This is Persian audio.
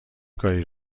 کاری